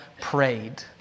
prayed